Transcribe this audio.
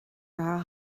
raibh